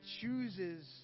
chooses